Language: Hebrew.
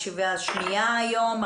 הישיבה השנייה היום,